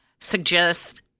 suggest